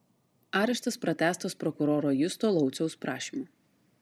areštas pratęstas prokuroro justo lauciaus prašymu